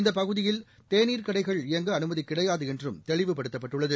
இந்த பகுதியில் தேநீர் கடைகள் இயங்க அனுமதி கிடையாது என்றும் தெளிவுபடுத்தப்பட்டுள்ளது